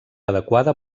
adequada